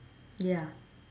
ya